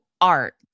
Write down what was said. art